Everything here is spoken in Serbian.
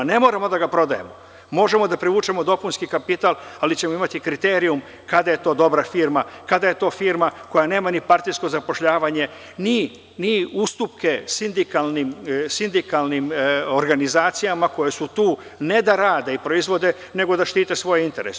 Ne moramo da ga prodajemo, možemo da privučemo dopunski kapital, ali ćemo imati kriterijum kada je to dobra firma, kada je to firma koja nema ni partijsko zapošljavanje, ni ustupke sindikalnim organizacijama koje su tu, ne da rade i proizvode, nego da štite svoje interese.